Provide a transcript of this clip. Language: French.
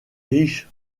riche